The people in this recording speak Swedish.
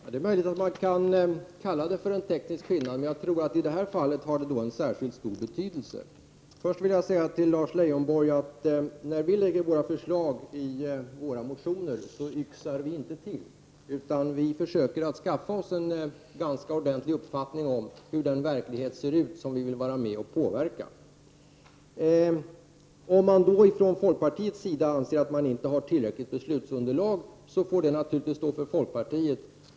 Herr talman! Det är möjligt att man kan kalla det för en teknisk skillnad. Jag tror dock att den i detta fall har en särskilt stor betydelse. Först vill jag säga till Lars Leijonborg att vi inte ”yxar till” när vi lägger fram våra motionsförslag, utan vi försöker skaffa oss en ordentlig uppfattning om hur den verklighet ser ut som vi vill vara med och påverka. Om man från folkpartiets sida anser att man inte har tillräckligt beslutsunderlag, får det stå för folkpartiet.